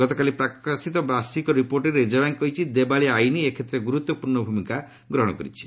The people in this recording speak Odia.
ଗତକାଲି ପ୍ରକାଶିତ ବାର୍ଷିକ ରିପୋର୍ଟରେ ରିଜର୍ଭ ବ୍ୟାଙ୍କ କହିଛି ଦେବାଳିଆ ଆଇନ ଏ କ୍ଷେତ୍ରରେ ଗ୍ରର୍ତ୍ୱପୂର୍ଣ୍ଣ ଭୂମିକା ଗ୍ରହଣ କରିଛି